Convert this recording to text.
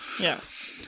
Yes